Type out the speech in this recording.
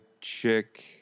Chick